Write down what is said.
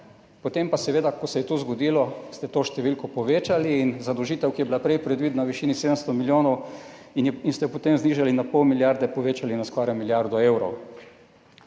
potem pa ste seveda, ko se je to zgodilo, to številko povečali in zadolžitev, ki je bila prej predvidena v višini 700 milijonov in ste jo potem znižali na pol milijarde, povečali na skoraj milijardo evrov,